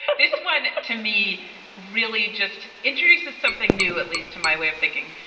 but this one to me really just introduce. there's something new, at least to my way of thinking.